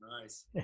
Nice